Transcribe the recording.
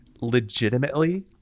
Legitimately